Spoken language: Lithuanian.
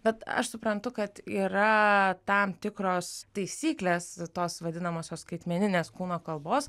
bet aš suprantu kad yra tam tikros taisyklės tos vadinamosios skaitmeninės kūno kalbos